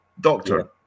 doctor